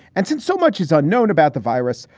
and since so much is unknown about the virus,